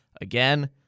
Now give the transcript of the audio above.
Again